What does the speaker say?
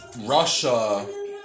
Russia